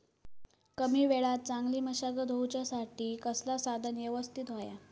कमी वेळात चांगली मशागत होऊच्यासाठी कसला साधन यवस्तित होया?